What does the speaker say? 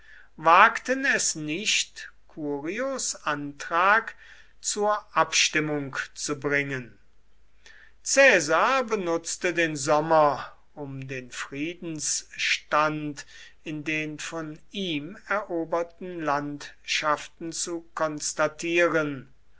wagten es nicht curios antrag zur abstimmung zu bringen caesar benutzte den sommer um den friedensstand in den von ihm eroberten landschaften zu konstatieren